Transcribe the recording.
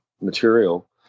material